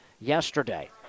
yesterday